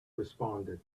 responded